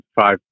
five